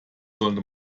sollte